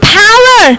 power